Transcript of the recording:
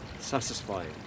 satisfying